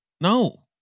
no